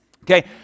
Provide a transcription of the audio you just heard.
Okay